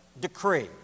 decree